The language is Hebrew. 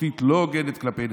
ותקשורתית כלפי נתניהו,